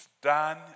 done